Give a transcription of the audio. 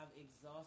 exhausted